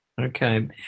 Okay